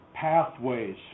pathways